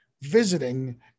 visiting